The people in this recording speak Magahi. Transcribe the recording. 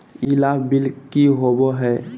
ई लाभ बिल की होबो हैं?